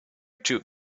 two